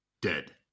dead